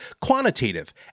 quantitative